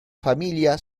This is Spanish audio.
familia